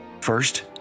First